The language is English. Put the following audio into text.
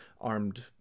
armed